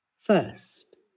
first